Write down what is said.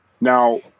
Now